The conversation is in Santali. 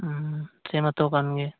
ᱦᱩᱸ ᱥᱮ ᱢᱟᱛᱚ ᱠᱟᱱ ᱜᱮ